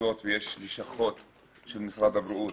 מחוזות ויש לשכות של משרד הבריאות